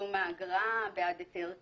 תשלום האגרה בעד היתר כללי,